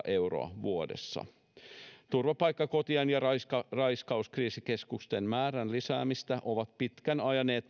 euroa vuodessa turvapaikkakotien ja raiskauskriisikeskusten määrän lisäämistä ovat pitkään ajaneet